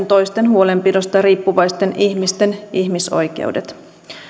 toisten huolenpidosta riippuvaisten ihmisten ihmisoikeudet